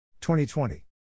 2020